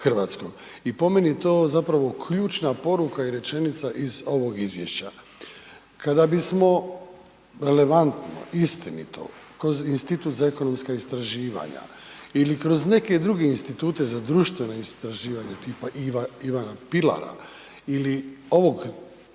I po meni je to zapravo ključna poruka i rečenica iz ovog Izvješća. Kada bismo relevantno, istinito kroz Institut za ekonomska istraživanja ili kroz neke druge Institute za društvena istraživanja, tipa Ivana Pilara ili ovog Državnog